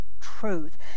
Truth